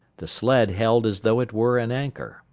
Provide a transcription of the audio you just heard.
the sled held as though it were an anchor.